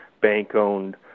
bank-owned